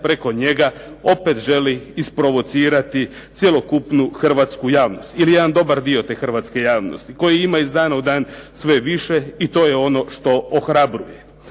preko njega opet želi isprovocirati cjelokupnu hrvatsku javnost ili jedan dobar dio te hrvatske javnosti koji ima iz dana u dan sve više i to je ono što ohrabruje.